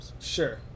sure